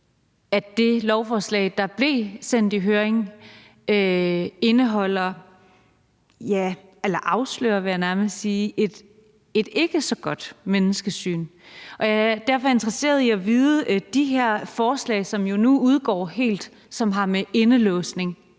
at det lovforslag, der blev sendt i høring, afslører et, vil jeg nærmest sige, ikke så godt menneskesyn. Jeg er derfor interesseret i at vide, om de her forslag, som jo nu udgår helt, og som har med indelåsning